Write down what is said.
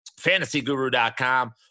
fantasyguru.com